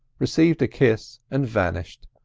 received a kiss, and vanished,